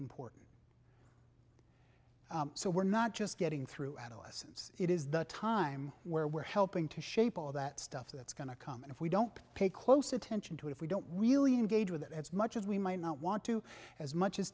important so we're not just getting through adolescence it is the time where we're helping to shape all that stuff that's going to come and if we don't pay close attention to if we don't really engage with it as much as we might not want to as much as